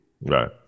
right